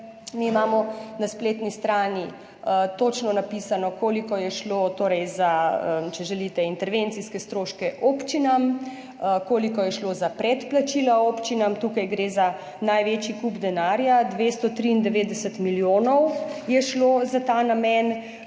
Mi imamo na spletni strani točno napisano, koliko je šlo torej za intervencijske stroške občinam, koliko je šlo za predplačila občinam. Tukaj gre za največji kup denarja – 293 milijonov je šlo za ta namen.